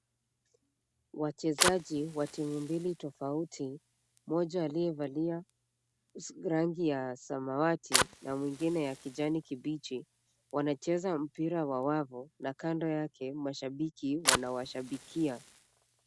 Wachezaji wa timu mbili tofauti, moja aliyevalia rangi ya samawati na mwingine ya kijani kibichi, wanacheza mpira wa wavu, na kando yake mashabiki wanawashabikia.